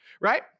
right